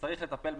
וצריך לטפל,